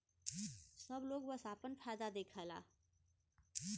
सब लोग बस आपन फायदा देखला